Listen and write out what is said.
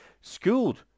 schooled